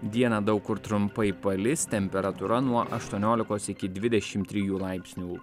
dieną daug kur trumpai palis temperatūra nuo aštuoniolikos iki dvidešim trijų laipsnių